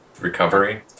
recovery